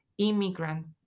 immigrant